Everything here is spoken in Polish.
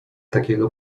takiego